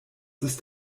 ist